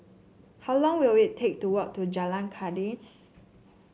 how long will it take to walk to Jalan Kandis